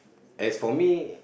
as for me